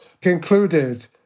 concluded